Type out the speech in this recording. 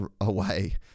away